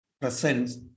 presence